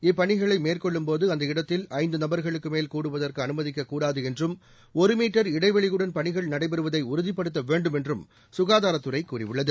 இப்பணிகளை மேற்கொள்ளும் போது அந்த இடத்தில் ஐந்து நபர்களுக்கு மேல் கூடுதவற்கு அனுமதிக்கக்கூடாது என்றும் ஒரு மீட்டர் இடைவெளியுடன் பணிகளை நடைபெறுவதை உறுதிபடுத்த வேண்டும் என்றும் சுகாதாரத்துறை கூறியுள்ளது